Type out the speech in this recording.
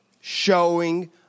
showing